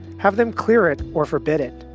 have them clear it or forbid it.